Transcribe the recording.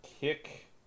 kick